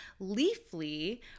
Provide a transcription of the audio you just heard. Leafly